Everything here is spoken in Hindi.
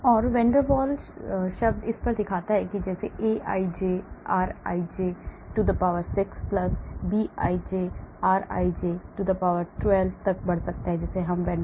और van der Waals शब्द इस तरह दिखता है जैसे कि Aij rij power 6 Bij rij को पावर 12 तक बढ़ाता है जिसे van der Waals term कहा जाता है